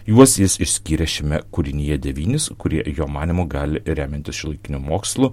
juos jis išskyrė šiame kūrinyje devynis kurie jo manymu gali remiantis šiuolaikiniu mokslu